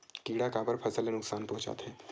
किड़ा काबर फसल ल नुकसान पहुचाथे?